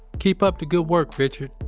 keep up the good work, richard,